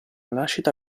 nascita